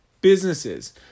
businesses